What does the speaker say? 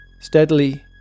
Steadily